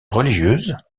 religieuse